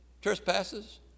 Trespasses